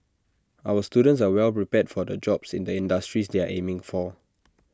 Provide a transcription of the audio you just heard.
our students are well prepared for the jobs in the industries they are aiming for